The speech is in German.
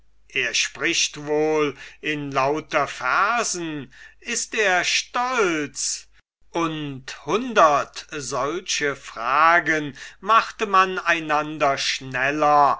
er spricht wohl in lauter versen ist er stolz und hundert solche fragen machte man einander schneller